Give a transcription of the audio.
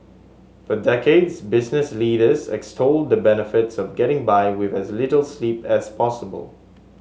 for decades business leaders extolled the benefits of getting by with as little sleep as possible